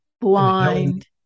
blind